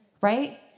right